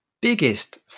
biggest